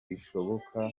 bishoboka